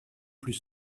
plus